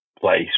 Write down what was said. place